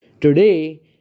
Today